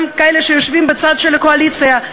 גם מאלה שיושבים בצד של הקואליציה,